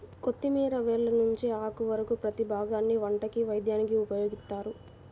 కొత్తిమీర వేర్ల నుంచి ఆకు వరకు ప్రతీ భాగాన్ని వంటకి, వైద్యానికి ఉపయోగిత్తారు